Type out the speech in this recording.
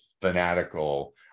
fanatical